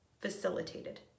facilitated